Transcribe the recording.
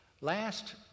Last